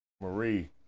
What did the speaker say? Marie